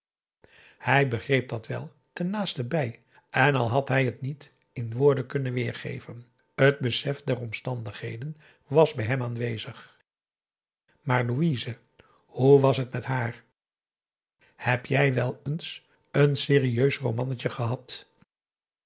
hij begreep dat wel tennaastenbij en al had hij t niet in woorden kunnen weergeven t besef der omstandigheden was bij hem aanwezig maar louise hoe was het met haar heb jij wel eens n serieus romannetje gehad